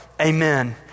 Amen